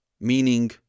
meaning